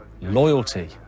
Loyalty